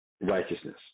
righteousness